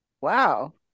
Wow